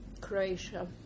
Croatia